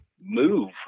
move